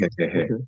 Okay